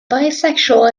bisexual